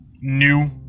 new